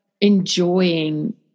enjoying